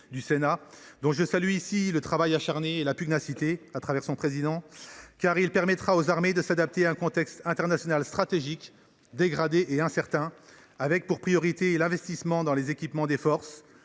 du Sénat. Je salue son travail acharné et sa pugnacité, sous la conduite de son président ; ils permettront aux armées de s’adapter à un contexte international stratégique dégradé et incertain, avec pour priorité l’investissement dans l’équipement des forces,